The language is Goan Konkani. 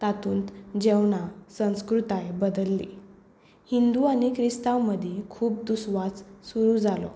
तातूंत जेवणां संस्कृताय बदल्ली हिंदू आनी क्रिस्तांव मदीं खूब दुस्वास सुरू जालो